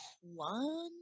one